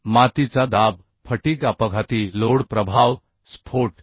मातीचा दाब फटिग अपघाती लोड प्रभाव स्फोट इ